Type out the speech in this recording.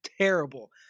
terrible